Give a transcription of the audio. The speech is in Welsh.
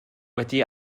wedi